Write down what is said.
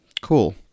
Cool